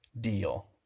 deal